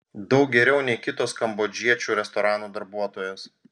daug geriau nei kitos kambodžiečių restoranų darbuotojos